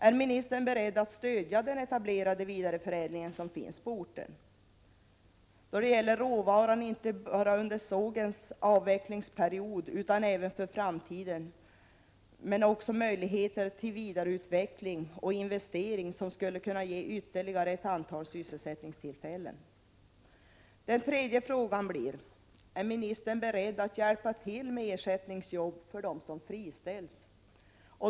Är ministern beredd att stödja den etablerade vidareförädling som finns på orten? Det gäller råvaran, inte bara under sågens avvecklingsperiod utan även för framtiden. Det gäller också möjligheterna till vidareutveckling och investeringar som skulle kunna ge ytterligare ett antal sysselsättningstillfällen. 3. Är ministern beredd att hjälpa till med ersättningsjobb för dem som friställs?